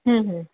हूं हूं